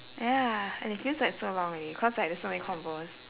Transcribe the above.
ya and it feels like so long already cause like there's so many convos